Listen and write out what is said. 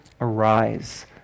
Arise